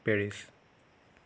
Paris